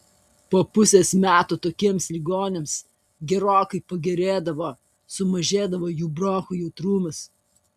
po pusės metų tokiems ligoniams gerokai pagerėdavo sumažėdavo jų bronchų jautrumas